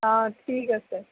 অঁ ঠিক আছে